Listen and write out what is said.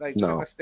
No